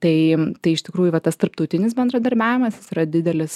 tai tai iš tikrųjų va tas tarptautinis bendradarbiavimas jis yra didelis